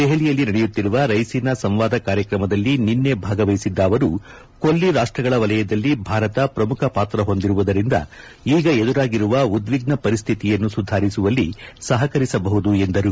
ದೆಹಲಿಯಲ್ಲಿ ನಡೆಯುತ್ತಿರುವ ರೈಸೀನಾ ಸಂವಾದ ಕಾರ್ಯಕ್ರಮದಲ್ಲಿ ನಿನ್ನೆ ಭಾಗವಹಿಸಿದ್ದ ಅವರು ಕೊಲ್ಲಿ ರಾಷ್ಟ್ರಗಳ ವಲಯದಲ್ಲಿ ಭಾರತ ಪ್ರಮುಖ ಪಾತ್ರ ಹೊಂದಿರುವುದರಿಂದ ಈಗ ಎದುರಾಗಿರುವ ಉದ್ವಿಗ್ತ ಪರಿಸ್ಥಿತಿಯನ್ನು ಸುಧಾರಿಸುವಲ್ಲಿ ಸಹಕರಿಸಬಹುದು ಎಂದರು